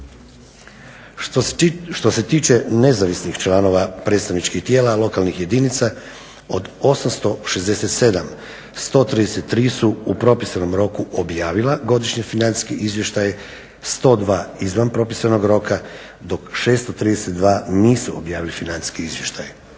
Što se tiče nezavisnih članova predstavničkih tijela lokalnih jedinica od 867, 133 su u propisanom roku objavila godišnji financijski izvještaj, 102 izvan propisanog roka dok 632 nisu objavila financijski izvještaj.